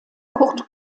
kurt